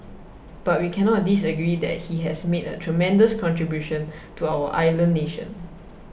but we cannot disagree that he has made a tremendous contribution to our island nation